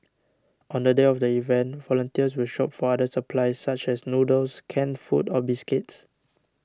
on the day of the event volunteers will shop for other supplies such as noodles canned food or biscuits